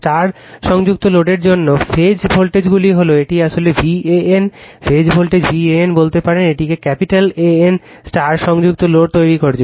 star সংযুক্ত লোডের জন্য ফেজ ভোল্টেজগুলি হল এটি আসলে VAN ফেজ ভোল্টেজ VAN বলতে পারেন এটিকে ক্যাপিটাল AN স্টার সংযুক্ত লোড তৈরি করছে